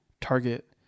Target